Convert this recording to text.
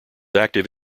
active